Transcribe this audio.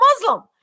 Muslim